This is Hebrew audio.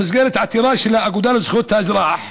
במסגרת עתירה של האגודה לזכויות האזרח,